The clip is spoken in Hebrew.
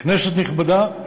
כנסת נכבדה,